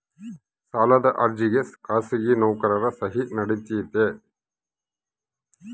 ಸಾಲದ ಅರ್ಜಿಗೆ ಖಾಸಗಿ ನೌಕರರ ಸಹಿ ನಡಿತೈತಿ?